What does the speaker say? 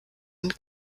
und